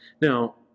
Now